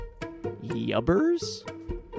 Yubbers